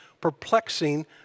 Perplexing